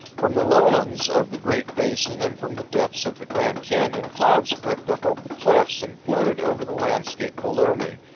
from the lowlands of the great basin and from the depths of the grand canyon clouds crept up over the cliffs and floated over the landscape below me,